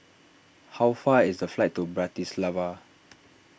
how far is the flight to Bratislava